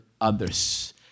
others